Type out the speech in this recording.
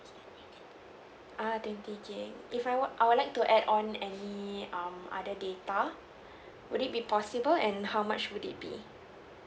uh twenty gigabyte if I want I would like to add on any um other data would it be possible and how much would it be